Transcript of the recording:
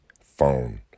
phone